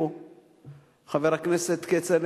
חבר הכנסת כצל'ה,